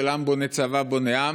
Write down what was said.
של עם בונה צבא בונה עם.